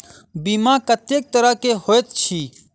बीमा कत्तेक तरह कऽ होइत छी?